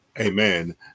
amen